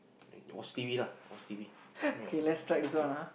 watch T_V lah watch T_V yeah okay